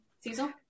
Cecil